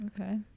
Okay